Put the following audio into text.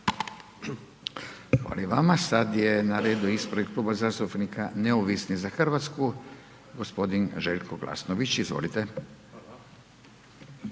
Hvala i vama. Sad je na redu ispred Kluba zastupnika Neovisni za Hrvatsku, g. Željko Glasnović, izvolite.